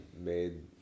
made